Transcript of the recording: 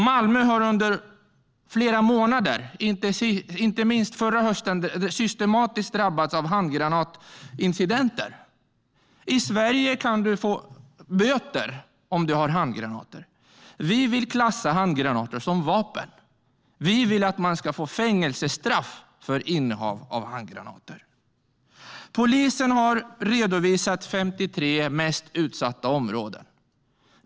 Malmö har under flera månader, inte minst förra hösten, drabbats av systematiska handgranatsincidenter. I Sverige kan du få böter om du innehar handgranater. Vi vill klassa handgranater som vapen. Vi vill att man ska få fängelsestraff för innehav av handgranater. Polisen har redovisat de 53 mest utsatta områdena.